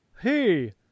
Hey